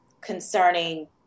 concerning